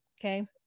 Okay